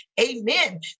amen